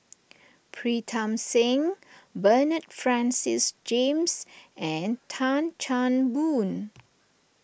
Pritam Singh Bernard Francis James and Tan Chan Boon